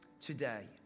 today